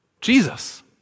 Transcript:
Jesus